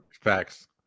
facts